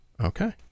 Okay